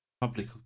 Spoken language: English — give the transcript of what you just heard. public